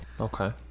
okay